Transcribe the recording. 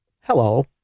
Hello